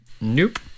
nope